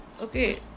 Okay